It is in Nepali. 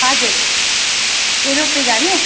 हजुर ए रोपवे जाने